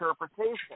interpretation